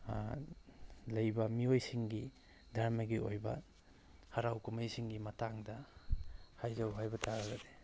ꯂꯩꯕ ꯃꯤꯑꯣꯏꯁꯤꯡꯒꯤ ꯙꯔꯃꯒꯤ ꯑꯣꯏꯕ ꯍꯔꯥꯎ ꯀꯨꯝꯍꯩꯁꯤꯡꯒꯤ ꯃꯇꯥꯡꯗ ꯍꯥꯏꯖꯧ ꯍꯥꯏꯕ ꯇꯥꯔꯒꯗꯤ